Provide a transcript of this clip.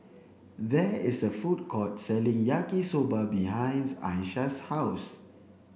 there is a food court selling Yaki Soba behind Aisha's house